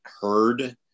heard